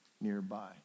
nearby